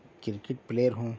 cricket player ہوں